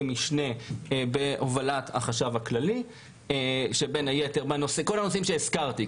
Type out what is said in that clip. משנה בהובלת החשב הכללי שיעסקו בכלל הנושאים שהזכרתי.